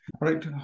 right